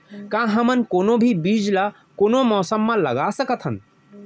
का हमन कोनो भी बीज ला कोनो मौसम म लगा सकथन?